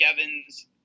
evans